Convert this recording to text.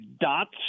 dots